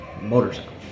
motorcycle